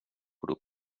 grup